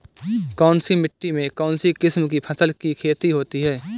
कौनसी मिट्टी में कौनसी किस्म की फसल की खेती होती है?